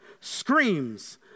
screams